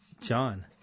John